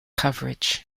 coverage